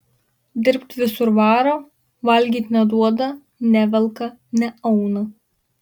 dirbt visur varo valgyt neduoda nevelka neauna